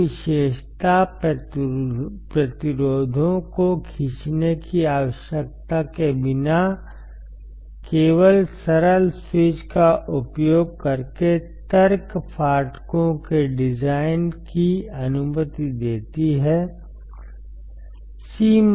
यह विशेषता प्रतिरोधों को खींचने की आवश्यकता के बिना केवल सरल स्विच का उपयोग करके तर्क फाटकों के डिजाइन की अनुमति देती है